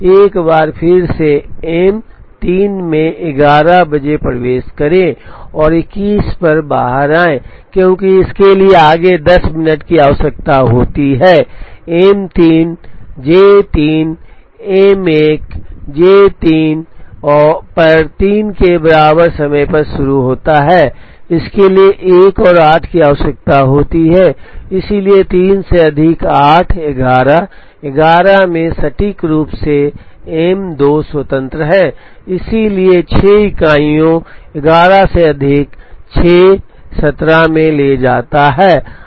एक बार फिर से M 3 में 11 बजे प्रवेश करें और 21 पर बाहर आए क्योंकि इसके लिए आगे 10 मिनट की आवश्यकता होती है M 3 J 3 M 1 J 3 पर 3 के बराबर समय पर शुरू होता है इसके लिए एक और 8 की आवश्यकता होती है इसलिए 3 से अधिक 8 11 11 में सटीक रूप से M 2 स्वतंत्र है इसलिए इसे 6 इकाइयों 11 से अधिक 6 17 में ले जाता है